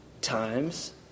times